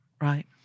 right